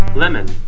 lemon